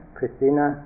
Christina